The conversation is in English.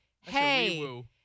hey